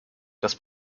das